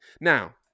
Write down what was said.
Now